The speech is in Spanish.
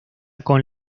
con